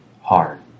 Hard